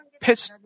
pitch